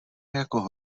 jako